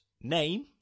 name